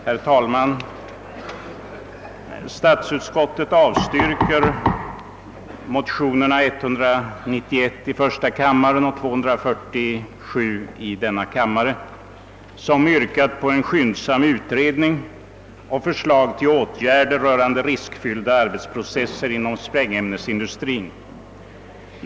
Herr talman! Statsutskottet avstyrker motionerna I: 191 och II: 247, vari det yrkas på en skyndsam utredning och förslag till åtgärder rörande riskfyllda arbetsprocesser inom sprängämnesindustrin.